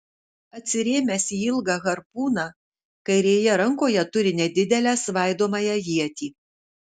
atsirėmęs į ilgą harpūną kairėje rankoje turi nedidelę svaidomąją ietį